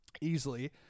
easily